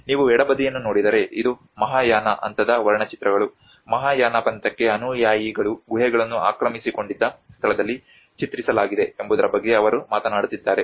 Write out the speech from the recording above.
ನೀವು ಎಡಬದಿಯನ್ನು ನೋಡಿದರೆ ಇದು ಮಹಾಯಾನ ಹಂತದ ವರ್ಣಚಿತ್ರಗಳು ಮಹಾಯಾನ ಪಂಥಕ್ಕೆ ಅನುಯಾಯಿಗಳು ಗುಹೆಗಳನ್ನು ಆಕ್ರಮಿಸಿಕೊಂಡಿದ್ದ ಸ್ಥಳದಲ್ಲಿ ಚಿತ್ರಿಸಲಾಗಿದೆ ಎಂಬುದರ ಬಗ್ಗೆ ಅವರು ಮಾತನಾಡುತ್ತಿದ್ದಾರೆ